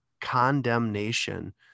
condemnation